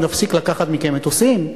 נפסיק לקחת מכם מטוסים.